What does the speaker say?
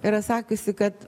yra sakiusi kad